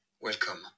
Welcome